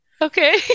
Okay